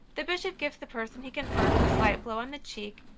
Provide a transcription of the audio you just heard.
the bishop gives the person he confirms a slight blow on the cheek,